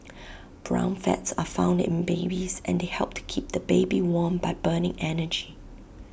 brown fats are found in babies and they help to keep the baby warm by burning energy